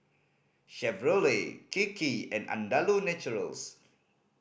Chevrolet Kiki and Andalou Naturals